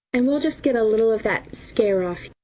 and we'll just get a little of that scare off.